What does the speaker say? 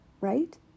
right